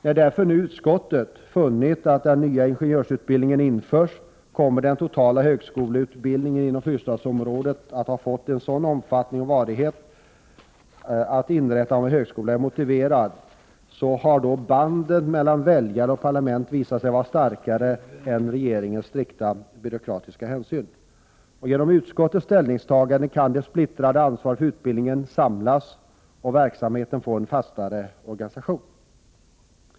När utskottet därför nu har funnit att den totala högskoleutbildningen inom Fyrstadsområdet kommer att få en sådan omfattning och varaktighet när den nya ingenjörsutbildningen införs att inrättandet av en högskola är motiverat, har bandet mellan väljare och parlament visat sig vara starkare än regeringens strikta byråkratiska hänsyn. Genom utskottets ställningstagande kan det splittrade ansvaret för utbildningen samlas och verksamheten få en fastare organisation.